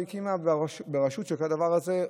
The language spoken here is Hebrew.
היא הקימה רשות לדבר הזה,